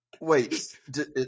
wait